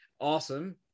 awesome